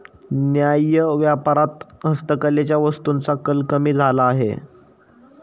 न्याय्य व्यापारात हस्तकलेच्या वस्तूंचा कल कमी झाला आहे